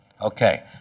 Okay